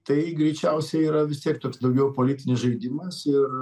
tai greičiausiai yra vis tiek toks daugiau politinis žaidimas ir